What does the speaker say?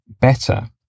better